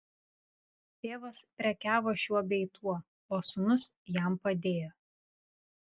tėvas prekiavo šiuo bei tuo o sūnus jam padėjo